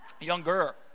younger